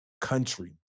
country